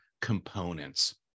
components